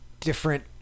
different